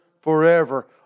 forever